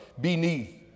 beneath